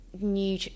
new